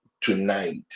tonight